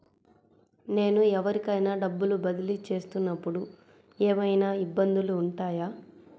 నేను ఎవరికైనా డబ్బులు బదిలీ చేస్తునపుడు ఏమయినా ఇబ్బందులు వుంటాయా?